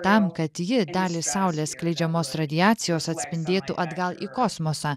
tam kad ji dalį saulės skleidžiamos radiacijos atspindėtų atgal į kosmosą